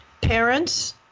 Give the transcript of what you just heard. Parents